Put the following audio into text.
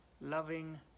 loving